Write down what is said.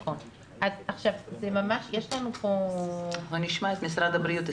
נשמח להתייחסות לכך ממשרד הבריאות.